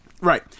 Right